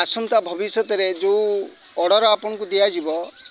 ଆସନ୍ତା ଭବିଷ୍ୟତରେ ଯେଉଁ ଅର୍ଡ଼ର୍ ଆପଣଙ୍କୁ ଦିଆଯିବ